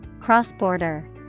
Cross-border